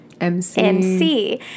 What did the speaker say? MC